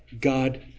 God